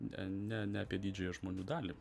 ne ne ne apie didžiąją žmonių dalį